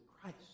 Christ